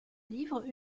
livre